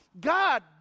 God